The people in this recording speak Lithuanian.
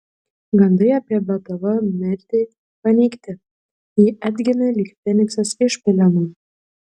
gandai apie btv mirtį paneigti ji atgimė lyg feniksas iš pelenų